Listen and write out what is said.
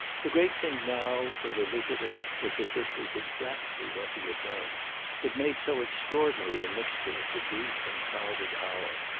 the great thing now for her visitor was that this was exactly what he had done it made so extraordinary a mixture of the brief and crowded hour.